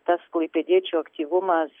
tas klaipėdiečių aktyvumas